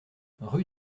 rue